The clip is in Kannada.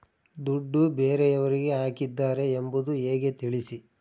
ದುಡ್ಡು ಬೇರೆಯವರಿಗೆ ಹಾಕಿದ್ದಾರೆ ಎಂಬುದು ಹೇಗೆ ತಿಳಿಸಿ?